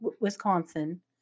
Wisconsin